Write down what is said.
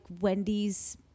wendy's